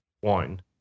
one